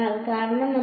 അതിനാൽ കാരണം